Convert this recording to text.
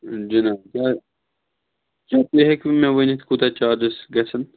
جِناب کیٛاہ تُہۍ ہیٚکوٕ مےٚ ؤنِتھ کوٗتاہ چارجِس گژھن